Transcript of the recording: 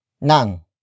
Nang